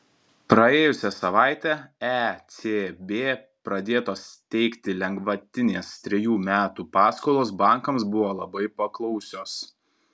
praėjusią savaitę ecb pradėtos teikti lengvatinės trejų metų paskolos bankams buvo labai paklausios